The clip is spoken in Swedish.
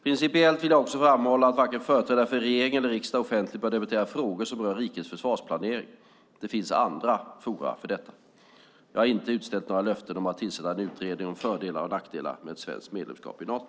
Principiellt vill jag också framhålla att varken företrädare för regering eller riksdag offentligt bör debattera frågor som rör rikets försvarsplanering. Det finns andra forum för detta. Jag har inte utställt några löften om att tillsätta en utredning om fördelar och nackdelar med ett svenskt medlemskap i Nato.